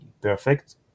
perfect